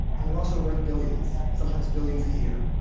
and they're also worth billions, sometimes billions a year.